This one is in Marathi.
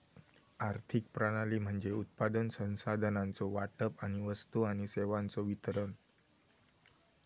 आर्थिक प्रणाली म्हणजे उत्पादन, संसाधनांचो वाटप आणि वस्तू आणि सेवांचो वितरण